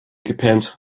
gepennt